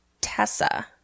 Tessa